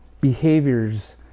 behaviors